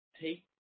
Take